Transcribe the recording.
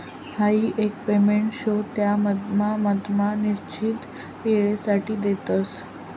हाई एक पेमेंट शे त्या मधमा मधमा निश्चित वेळसाठे देतस